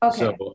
okay